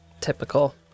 Typical